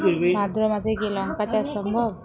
ভাদ্র মাসে কি লঙ্কা চাষ সম্ভব?